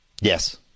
Yes